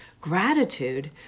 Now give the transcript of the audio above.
gratitude